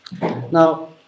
Now